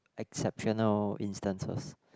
exceptional instances